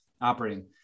operating